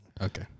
Okay